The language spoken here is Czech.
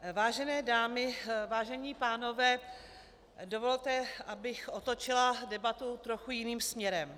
Vážené dámy, vážení pánové, dovolte, abych otočila debatu trochu jiným směrem.